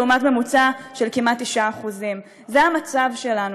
לעומת ממוצע של כמעט 9%. זה המצב שלנו.